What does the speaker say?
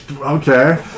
Okay